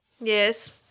Yes